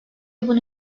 bunu